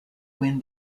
win